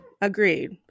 agreed